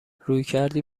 رویکردی